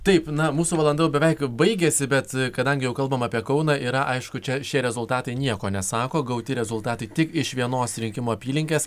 taip na mūsų valanda jau beveik baigėsi bet kadangi kalbam apie kauną yra aišku čia šie rezultatai nieko nesako gauti rezultatai tik iš vienos rinkimų apylinkės